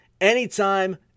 anytime